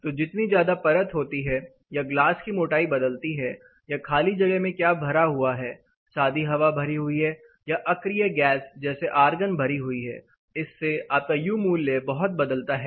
तो जितनी ज्यादा परत होती है या ग्लास की मोटाई बदलती है या खाली जगह में क्या भरा हुआ है सादी हवा भरी हुई है या अक्रिय गैस जैसे आर्गन भरी हुई है इससे आपका यू मूल्य बहुत बदलता है